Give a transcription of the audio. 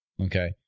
Okay